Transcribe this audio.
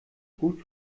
gut